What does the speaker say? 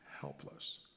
helpless